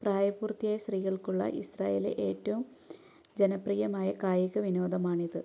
പ്രായപൂർത്തിയായ സ്ത്രീകള്ക്കുള്ള ഇസ്രായേലിലെ ഏറ്റവും ജനപ്രിയമായ കായിക വിനോദമാണിത്